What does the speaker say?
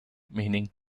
meaning